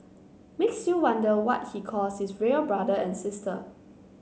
makes you wonder what he calls his real brother and sister